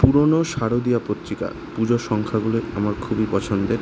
পুরনো শারদীয়া পত্রিকা পুজোর সংখ্যাগুলো আমার খুবই পছন্দের